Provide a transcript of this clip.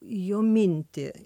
jo mintį